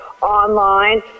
online